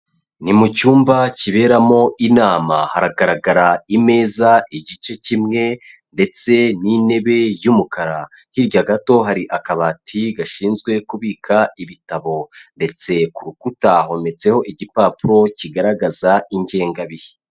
Ni mu cyumba kiberamo inama haragaragara imeza igice kimwe ndetse n'intebe y'umukara, hirya gato hari akabati gashinzwe kubika ibitabo ndetse ku rukuta hometseho igipapuro kigaragaza ingengabihe.